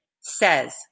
says